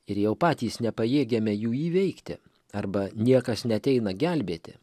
ir jau patys nepajėgiame jų įveikti arba niekas neateina gelbėti